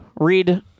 read